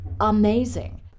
amazing